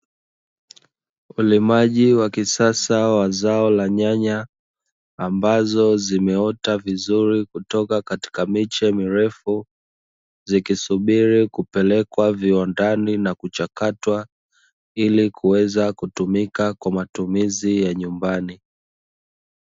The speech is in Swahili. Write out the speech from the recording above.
Ulimaji wa kisasa wa zao la nyanya ambazo zimeota vizuri kutoka katika miche mirefu zikisubiri kupelekwa viwandani na kuchakatwa ilikuweza kutumika kwa matumizi ya nyumbani.